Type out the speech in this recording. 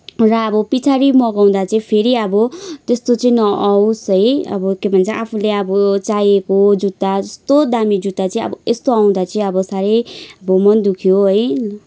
र अब पछाडि मगाउँदा चाहिँ फेरी अब त्यस्तो चाहिँ नआओस् है अब के भन्छ आफूले अब चाहेको जुत्ता जस्तो दाम्मी जुत्ता चाहिँ अब यस्तो आउँदा चाहिँ अब साह्रै अब मन दुख्यो है